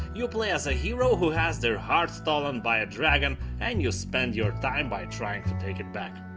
you play as a hero who has their heart stolen by a dragon and you spend your time by trying to take it back.